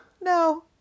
No